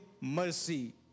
mercy